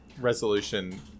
resolution